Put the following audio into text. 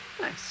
Nice